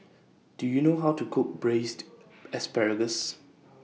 Do YOU know How to Cook Braised Asparagus